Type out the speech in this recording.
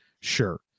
Sure